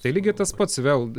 tai lygiai tas pats vėl